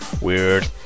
weird